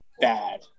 bad